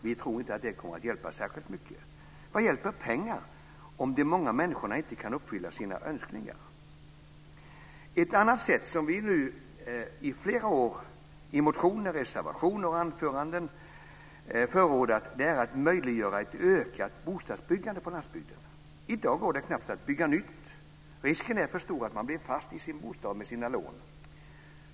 Vi tror inte att det kommer att hjälpa särskilt mycket. Vad hjälper pengar om de många människorna inte kan uppfylla sina önskningar? Ett annat sätt som vi nu i flera år i motioner, reservationer och anföranden förordat är att möjliggöra ett ökat bostadsbyggande på landsbygden. I dag går det knappast att bygga nytt. Risken är för stor att man blir fast i sin bostad med sina lån.